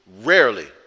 Rarely